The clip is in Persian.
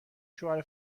شوهر